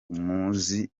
amuzi